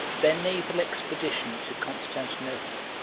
their naval expedition to constantinople